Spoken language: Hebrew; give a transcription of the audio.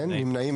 מי נמנע?